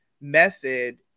method